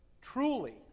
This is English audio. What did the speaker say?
truly